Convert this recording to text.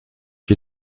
die